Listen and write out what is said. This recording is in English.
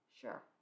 sure